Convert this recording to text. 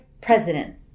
president